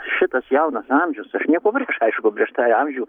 šitas jaunas amžius aš nieko prieš aišku prieš tą amžių